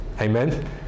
Amen